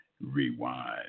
Rewind